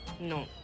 No